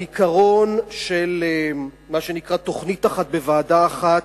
העיקרון של מה שנקרא "תוכנית אחת בוועדה אחת"